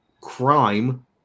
crime